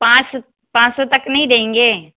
पाँच पाँच सौ तक नहीं देंगे